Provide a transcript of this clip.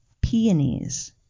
Peonies